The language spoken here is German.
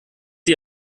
sie